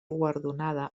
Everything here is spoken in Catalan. guardonada